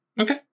okay